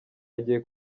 agiye